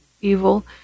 evil